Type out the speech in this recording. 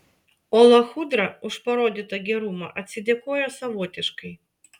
o lachudra už parodytą gerumą atsidėkojo savotiškai